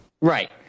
Right